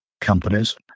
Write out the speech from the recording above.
companies